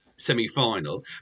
semi-final